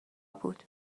بود